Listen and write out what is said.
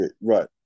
right